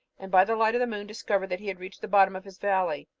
and, by the light of the moon, discovered that he had reached the bottom of his valley,